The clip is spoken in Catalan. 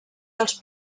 dels